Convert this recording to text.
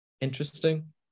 interesting